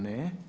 Ne.